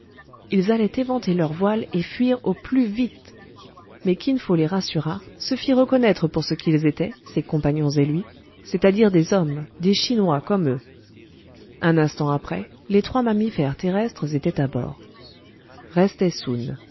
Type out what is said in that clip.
ils allaient éventer leurs voiles et fuir au plus vite mais kin fo les rassura se fit reconnaître pour ce qu'ils étaient ses compagnons et lui c'est-à-dire des hommes des chinois comme eux un instant après les trois mammifères terrestres étaient à bord restait